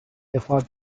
defa